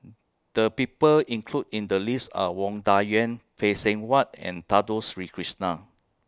The People included in The list Are Wang Dayuan Phay Seng Whatt and Dato Sri Krishna